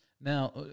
Now